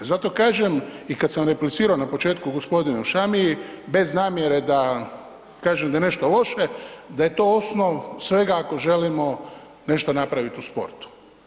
Zato kažem, i kad sam replicirao na početku g. Šamiji bez namjere da kažem da je nešto loše, da je to osnov svega ako želimo nešto napraviti u sportu.